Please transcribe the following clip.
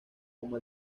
como